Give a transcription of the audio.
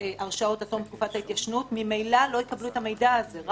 הרשעות עד תום תקופת ההתיישנות לא יקבלו את המידע הזה ממילא,